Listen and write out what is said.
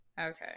Okay